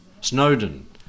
snowden